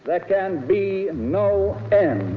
but can be no end